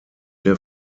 der